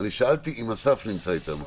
ואז אני רוצה שגם ההחלטה לסגור עיר תבוא